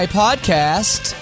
podcast